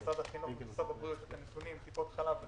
ממשרד החינוך וממשרד הבריאות את הנתונים טיפות חלב,